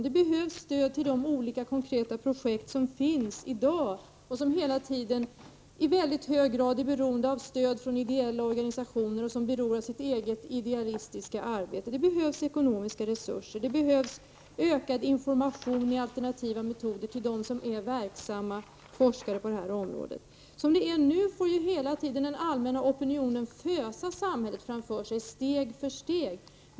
Det behövs stöd till de olika konkreta projekt som finns i dag och som hela tiden i väldigt hög grad är beroende av stöd från ideella organisationer och ideellt arbete. Det behövs ekonomiska resurser och ökad information om alternativa metoder till verksamma forskare på området. Som det är nu får hela tiden den allmänna opinionen fösa samhället framför sig steg för steg.